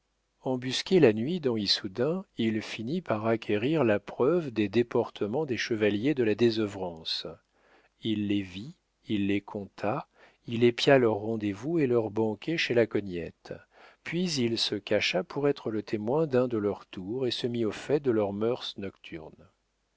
embusqué la nuit dans issoudun il finit par acquérir la preuve des déportements des chevaliers de la désœuvrance il les vit il les compta il épia leurs rendez-vous et leurs banquets chez la cognette puis il se cacha pour être le témoin d'un de leurs tours et se mit au fait de leurs mœurs nocturnes